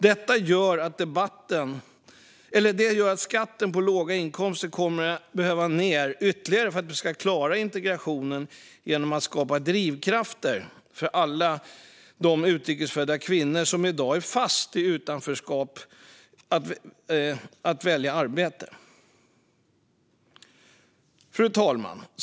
Det gör att skatten på låga inkomster kommer att behöva tas ned ytterligare för att vi ska klara integrationen genom att skapa drivkrafter att välja arbete för alla de utrikes födda kvinnor som i dag är fast i utanförskap. Fru talman!